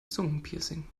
zungenpiercing